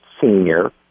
senior